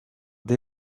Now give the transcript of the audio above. dès